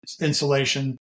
insulation